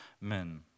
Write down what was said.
men